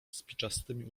spiczastymi